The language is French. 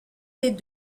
les